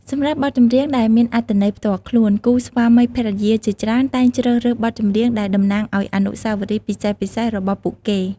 សម្រាប់បទចម្រៀងដែលមានអត្ថន័យផ្ទាល់ខ្លួន គូស្វាមីភរិយាជាច្រើនតែងជ្រើសរើសបទចម្រៀងដែលតំណាងឲ្យអនុស្សាវរីយ៍ពិសេសៗរបស់ពួកគេ។